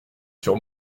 sur